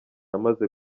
amaze